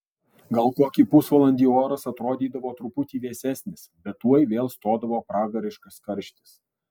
gal kokį pusvalandį oras atrodydavo truputį vėsesnis bet tuoj vėl stodavo pragariškas karštis